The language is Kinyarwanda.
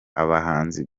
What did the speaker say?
abahanzi